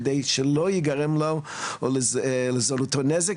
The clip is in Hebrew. כדי שלא ייגרם לו או לזולתו נזק,